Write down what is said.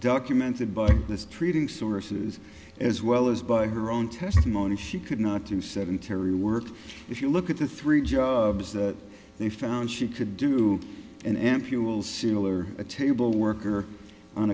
documented by mistreating sources as well as by her own testimony she could not do sedentary work if you look at the three jobs that they found she could do an m p will seal or a table worker on